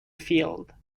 field